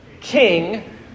King